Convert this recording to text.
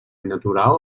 natural